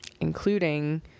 including